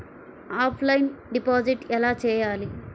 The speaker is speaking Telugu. ఆఫ్లైన్ డిపాజిట్ ఎలా చేయాలి?